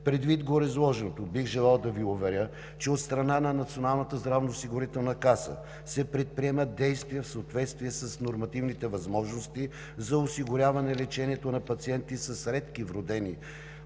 Предвид гореизложеното, бих желал да Ви уверя, че от страна на Националната здравноосигурителна каса се предприемат действия в съответствие с нормативните възможности за осигуряване лечението на пациенти с редки вродени